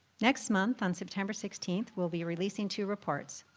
next month, on september sixteenth, we'll be releasing two reports.